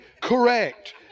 correct